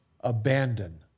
abandon